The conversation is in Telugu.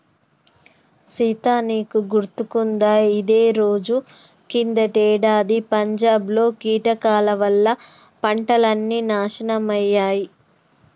సీత నీకు గుర్తుకుందా ఇదే రోజు కిందటేడాది పంజాబ్ లో కీటకాల వల్ల పంటలన్నీ నాశనమయ్యాయి